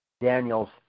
Daniel's